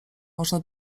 można